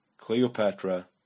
Cleopatra